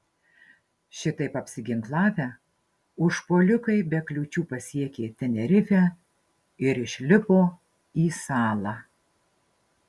šitaip apsiginklavę užpuolikai be kliūčių pasiekė tenerifę ir išlipo į salą